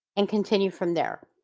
and continue from there.